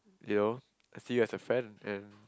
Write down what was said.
you know I see you as a friend and